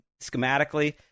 schematically